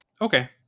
Okay